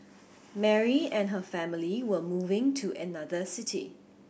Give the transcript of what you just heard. Mary and her family were moving to another city